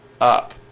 up